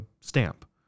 stamp